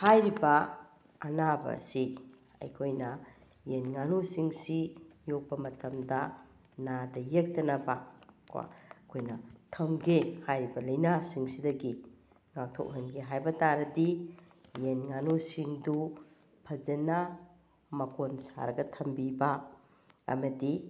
ꯍꯥꯏꯔꯤꯕ ꯑꯅꯥꯕ ꯑꯁꯤ ꯑꯩꯈꯣꯏꯅ ꯌꯦꯟ ꯉꯥꯅꯨꯁꯤꯡꯁꯤ ꯌꯣꯛꯄ ꯃꯇꯝꯗ ꯅꯥꯗ ꯌꯦꯛꯇꯅꯕ ꯀꯣ ꯑꯩꯈꯣꯏꯅ ꯊꯝꯒꯦ ꯍꯥꯏꯔꯤꯕ ꯂꯥꯏꯅꯥꯁꯤꯡꯁꯤꯗꯒꯤ ꯉꯥꯛꯊꯣꯛꯍꯟꯒꯦ ꯍꯥꯏꯕ ꯇꯥꯔꯗꯤ ꯌꯦꯟ ꯉꯥꯅꯨꯁꯤꯡꯗꯨ ꯐꯖꯅ ꯃꯀꯣꯟ ꯁꯥꯔꯒ ꯊꯝꯕꯤꯕ ꯑꯃꯗꯤ